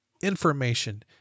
information